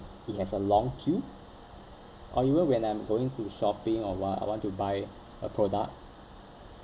he has a long queue or even when I'm going to shopping or what I want to buy a product